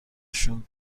شون